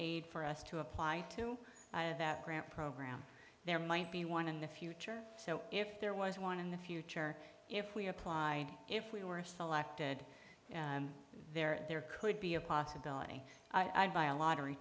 aid for us to apply to that grant program there might be one in the future so if there was one in the future if we applied if we were selected there there could be a possibility i'd buy a lottery